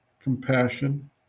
compassion